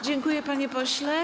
Dziękuję, panie pośle.